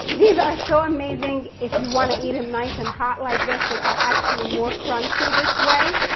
these are so amazing if you wanna eat em nice and hot like this. they are actually more crunchy this way.